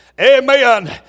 amen